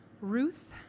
Ruth